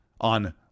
on